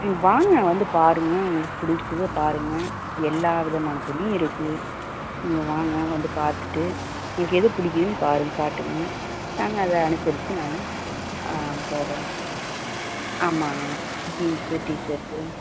வாங்க வந்து பாருங்க உங்களுக்கு பிடிச்சத பாருங்க எல்லா விதமான துணியும் இருக்குது நீங்கள் வாங்க வந்து பார்த்துட்டு உங்களுக்கு எது பிடிக்குதுன் பாருங்க காட்டுங்க நாங்கள் அதை அனுசரித்து நாங்கள் போடுகிறோம் ஆமாங்க ஜீன்ஸு டீஷர்ட்டு